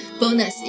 bonus